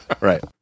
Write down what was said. Right